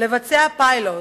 לבצע פיילוט